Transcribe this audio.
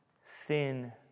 sin